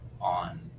on